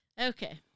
Okay